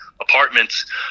apartments